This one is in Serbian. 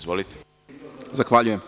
Zahvaljujem.